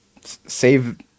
save